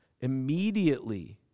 Immediately